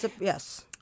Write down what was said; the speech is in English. Yes